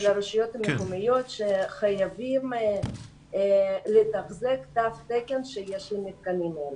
הרשויות המקומיות שחייבים לתחזק תו תקן שיש למתקנים האלה,